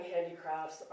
handicrafts